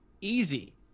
Easy